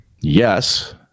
Yes